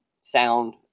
sound